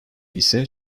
ise